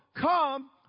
come